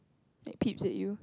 that peeps at you